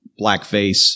blackface